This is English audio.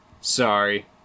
Sorry